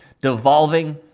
devolving